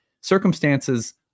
Circumstances